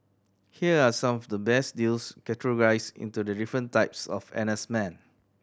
here are some of the best deals categorised into the different types of N S men